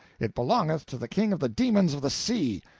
it belongeth to the king of the demons of the sea.